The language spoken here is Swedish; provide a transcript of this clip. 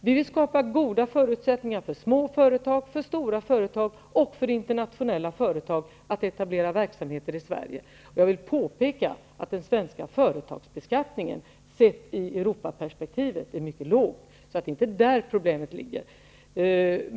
Vi vill skapa goda förutsättningar för små företag, för stora företag och för internationella företag att etablera verksamheter i Sverige. Jag vill påpeka att den svenska företagsbeskattningen sett i Europaperspektivet är mycket låg. Det är alltså inte där problemet ligger.